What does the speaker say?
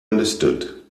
understood